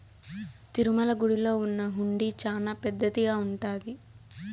తిరుమల గుడిలో ఉన్న హుండీ చానా పెద్దదిగా ఉంటాది